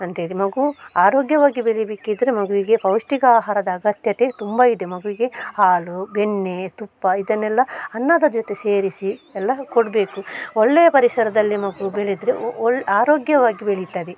ಅಂತ್ಹೇಳಿ ಮಗು ಆರೋಗ್ಯವಾಗಿ ಬೆಳಿಬೇಕಿದ್ರೆ ಮಗುವಿಗೆ ಪೌಷ್ಠಿಕ ಆಹಾರದ ಅಗತ್ಯತೆ ತುಂಬ ಇದೆ ಮಗುವಿಗೆ ಹಾಲು ಬೆಣ್ಣೆ ತುಪ್ಪ ಇದನ್ನೆಲ್ಲ ಅನ್ನದ ಜೊತೆ ಸೇರಿಸಿ ಎಲ್ಲ ಕೊಡಬೇಕು ಒಳ್ಳೆಯ ಪರಿಸರದಲ್ಲಿ ಮಗು ಬೆಳೆದ್ರೆ ಒ ಒ ಆರೋಗ್ಯವಾಗಿ ಬೆಳಿತದೆ